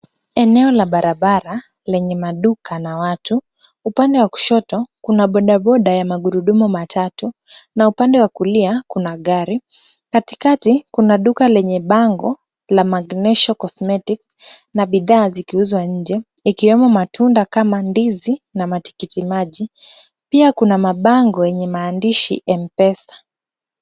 Eneo la barabara lenye maduka na watu, upande wa kushoto kuna bodaboda ya magurudumu matatu na upande wa kulia kuna gari. Katikati, kuna duka lenye bango la Magnesho Cosmetics na bidhaaa zikiuzwa nje ikiwemo matunda, ndizi, na matikiti-maji. Pia kuna mabango yenye maandishi Mpesa.